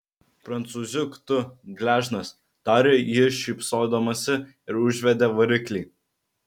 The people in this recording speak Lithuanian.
prancūziuk tu gležnas tarė ji šypsodamasi ir užvedė variklį